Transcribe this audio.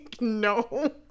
No